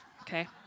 okay